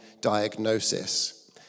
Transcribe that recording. diagnosis